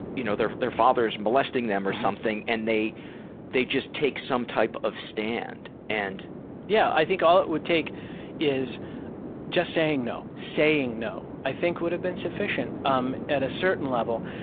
you know, their their father's molesting them or something and they they just take some type of stand. and yeah, i think all it would take is just saying no. saying no i think would have been sufficient um at a certain level.